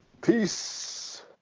Peace